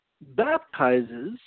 baptizes